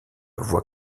voit